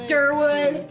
Derwood